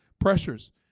pressures